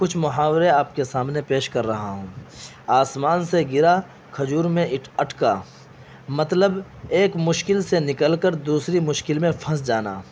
کچھ محاورے آپ کے سامنے پیش کر رہا ہوں آسمان سے گرا کھجور میں اٹ اٹکا مطلب ایک مشکل سے نکل کر دوسری مشکل میں پھنس جانا